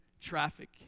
traffic